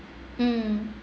mm